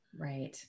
Right